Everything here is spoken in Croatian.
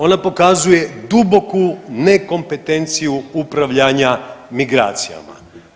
Ona pokazuje duboku nekompetenciju upravljanja migracijama.